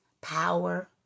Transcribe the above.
power